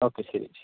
okay ശരി ശരി